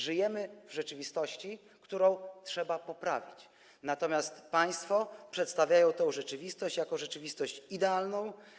Żyjemy w rzeczywistości, którą trzeba poprawić, natomiast państwo przedstawiają tę rzeczywistość jako rzeczywistość idealną.